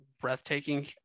breathtaking